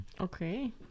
okay